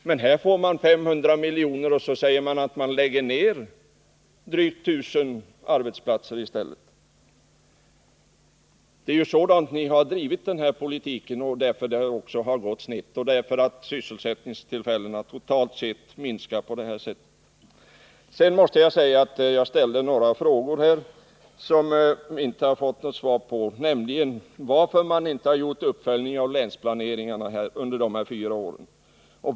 Men här får man 500 miljoner och så lägger man ner drygt 1 000 arbetsplatser i stället. Det är ju så ni har drivit denna politik, och därför har det gått snett, och sysselsättningstillfällena har totalt sett minskat. Jag ställde några frågor som inte fått något svar. Varför har man inte gjort uppföljning av länsplaneringarna under dessa fyra år?